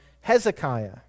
Hezekiah